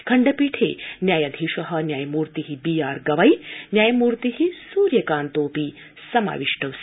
खण्डपीठे न्यायाधीश न्यायमूर्ति बीआरगवई न्यायमूर्ति सूर्यकान्तोऽतोपि समाविष्टीस्त